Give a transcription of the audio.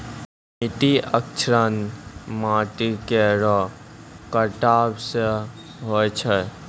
मिट्टी क्षरण माटी केरो कटाव सें होय छै